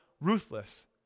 ruthless